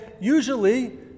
usually